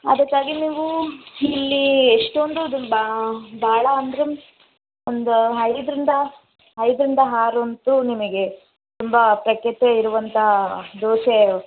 ಅದಕ್ಕಾಗಿ ನೀವು ಇಲ್ಲಿ ಎಷ್ಟೊಂದು ಬಾ ಭಾಳ ಅಂದರೆ ಒಂದು ಐದರಿಂದ ಐದರಿಂದ ಆರಂತೂ ನಿಮಗೆ ತುಂಬ ಪ್ರಖ್ಯಾತ ಇರುವಂಥ ದೋಸೆ